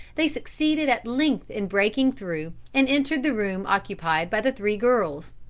they succeeded at length in breaking through, and entered the room occupied by the three girls.